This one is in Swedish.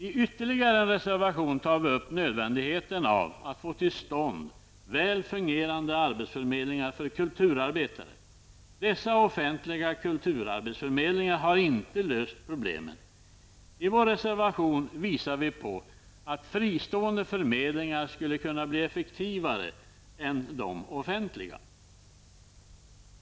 I ytterligare en reservation tar vi upp nödvändigheten av att få till stånd väl fungerande arbetsförmedlingar för kulturarbetare. Dessa offentliga kulturarbetsförmedlingar har inte löst problemen. I vår reservation visar vi på att fristående förmedlingar skulle kunna bli effektivare än de offentliga.